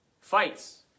fights